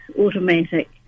automatic